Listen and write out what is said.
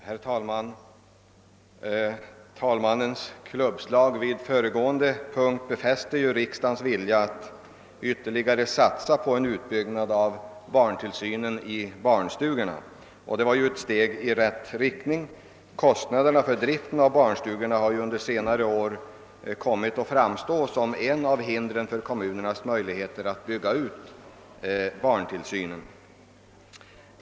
Herr talman! Talmannens klubbslag vid föregående punkt befäste riksdagens vilja att satsa ytterligare på en utbyggnad av barntillsynen i barnstugorna, och det var ett steg i rätt riktning. Kostnaderna för driften av barnstugor har under senare år kommit att framstå som ett av hindren för kommunernas möjligheter att bygga ut barntillsynen.